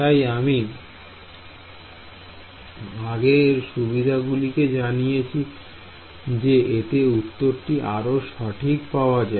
তাই আমি আগে এর সুবিধা গুলি জানিয়েছি যে এতে উত্তরটি আরও সঠিক পাওয়া যায়